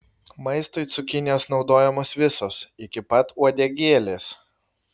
maistui cukinijos naudojamos visos iki pat uodegėlės